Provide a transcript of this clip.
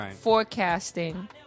forecasting